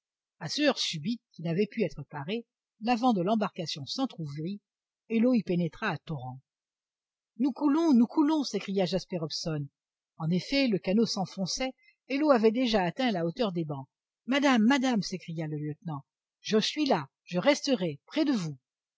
à ce heurt subit qui n'avait pu être paré l'avant de l'embarcation s'entrouvrit et l'eau y pénétra à torrents nous coulons nous coulons s'écria jasper hobson en effet le canot s'enfonçait et l'eau avait déjà atteint à la hauteur des bancs madame madame s'écria le lieutenant je suis là je resterai près de vous